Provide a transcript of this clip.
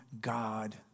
God